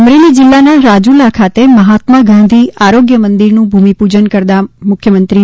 અમરેલી જીલ્લાના રાજુલા ખાતે મહાત્મા ગાંધી આરોગ્યમંદિરનું ભૂમિપૂજન કરતા મુખ્યમંત્રી